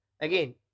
again